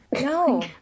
no